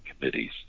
committees